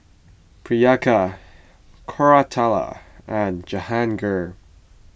Priyanka Koratala and Jahangir